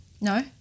No